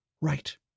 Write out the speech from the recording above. Right